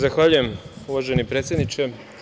Zahvaljujem, uvaženi predsedniče.